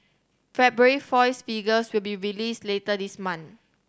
February foils figures will be released later this month